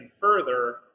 further